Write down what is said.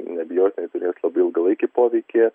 neabejotinai turės labai ilgalaikį poveikį